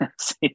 see